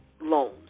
loans